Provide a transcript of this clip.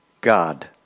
God